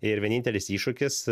ir vienintelis iššūkis